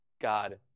God